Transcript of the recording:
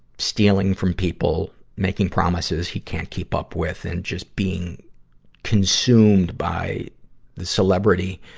stealing from people, making promises he can't keep up with, and just being consumed by the celebrity,